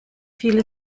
viele